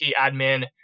admin